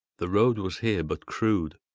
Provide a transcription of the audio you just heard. the road was here but crude,